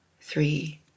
three